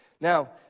Now